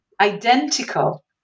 identical